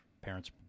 parents